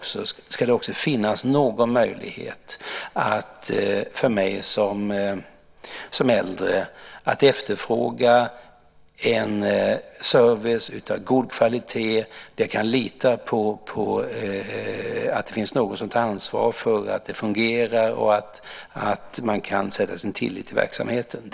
Men det ska också finnas en möjlighet för mig som äldre att efterfråga en service av god kvalitet där jag kan lita på att det finns någon som tar ansvar för att det fungerar och där jag kan sätta min tillit till verksamheten.